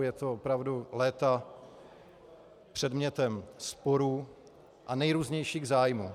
Je to opravdu léta předmětem sporů a nejrůznějších zájmů.